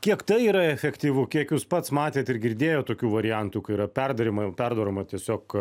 kiek tai yra efektyvu kiek jūs pats matėt ir girdėjot tokių variantų kai yra perdaryma perdaroma tiesiog